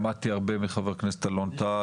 למדתי הרבה מחבר הכנסת אלון טל.